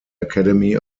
academy